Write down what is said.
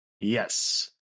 Yes